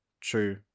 true